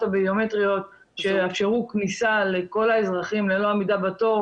הביומטריות שיאפשרו כניסה לכל האזרחים ללא עמידה בתור